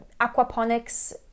aquaponics